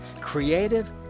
creative